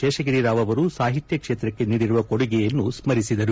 ಶೇಷಗಿರಿರಾವ್ ಅವರು ಸಾಹಿತ್ಯ ಕ್ಷೇತ್ರಕ್ಕೆ ನೀಡಿರುವ ಕೊಡುಗೆಯನ್ನು ಸ್ಕರಿಸಿದರು